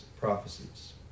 prophecies